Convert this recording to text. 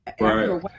Right